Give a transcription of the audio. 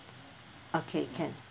okay can